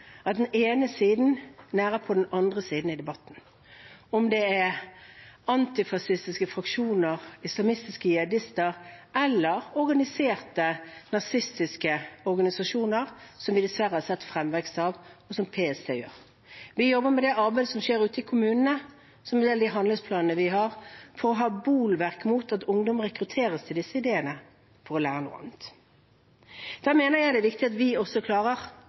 den ene siden nærer den andre siden i debatten – om det er antifascistiske fraksjoner, islamistiske jihadister eller nazistiske organisasjoner, som vi dessverre har sett fremveksten av, og som PST gjør. Vi jobber med det arbeidet som skjer ute i kommunene, så vel som med de handlingsplanene vi har, for å ha et bolverk mot at ungdom rekrutteres til disse ideene, for å lære noe annet. Da mener jeg det er viktig at vi også klarer